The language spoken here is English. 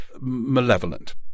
malevolent